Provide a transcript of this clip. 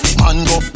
mango